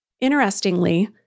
Interestingly